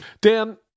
Dan